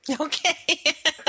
Okay